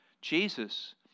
Jesus